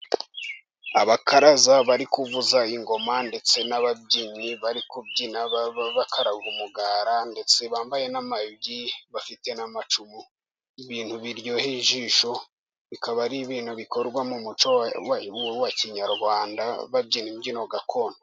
Abakaraza bari kuvuza ingoma, ndetse n'ababyinnyi bari kubyina bakaraga umugara, ndetse bambaye n'amayugi, bafite n'amacumu. Ibintu biryohera ijisho, bikaba ari ibintu bikorwa mu muco wa kinyarwanda, babyina imbyino gakondo.